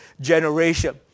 generation